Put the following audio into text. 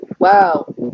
Wow